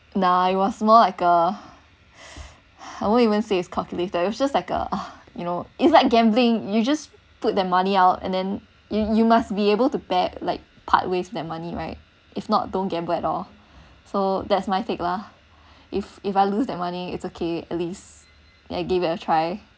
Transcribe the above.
now I was more like a I won't even say is calculator it's just like a you know it's like gambling you just put the money out and then you you must be able to bear like part ways with that money right if not don't gamble at all so that's my take lah if if I lose that money it's okay at least I gave it a try